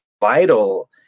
vital